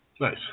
Nice